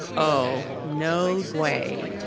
oh, no way.